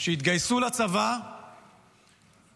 שהתגייסו לצבא והתנדבו